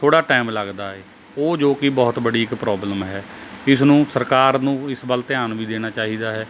ਥੋੜ੍ਹਾ ਟਾਇਮ ਲੱਗਦਾ ਏ ਉਹ ਜੋ ਕਿ ਬਹੁਤ ਬੜੀ ਇੱਕ ਪ੍ਰੋਬਲਮ ਹੈ ਇਸ ਨੂੰ ਸਰਕਾਰ ਨੂੰ ਇਸ ਵੱਲ ਧਿਆਨ ਵੀ ਦੇਣਾ ਚਾਹੀਦਾ ਹੈ